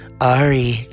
Ari